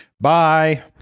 Bye